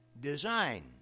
design